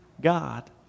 God